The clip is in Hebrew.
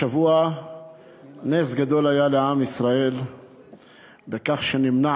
השבוע נס גדול היה לעם ישראל בכך שנמנע